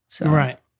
Right